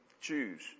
Choose